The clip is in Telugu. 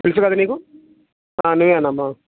తెలుసు కదా నీకు నువ్వేనమ్మా